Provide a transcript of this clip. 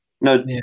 No